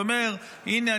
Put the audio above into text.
ואומר: הינה,